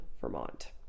Vermont